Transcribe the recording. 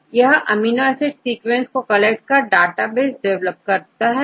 सही यह amino acid sequences को कलेक्ट कर डेटाबेस डिवेलप करता है